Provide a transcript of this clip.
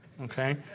Okay